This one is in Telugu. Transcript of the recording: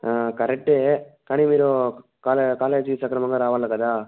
కరెక్టే కాని మీరు కాలేజ్ కాలేజ్కి సక్రమంగా రావల్ల కదా